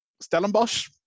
Stellenbosch